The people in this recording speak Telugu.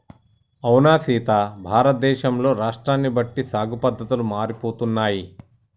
అవునా సీత భారతదేశంలో రాష్ట్రాన్ని బట్టి సాగు పద్దతులు మారిపోతున్నాయి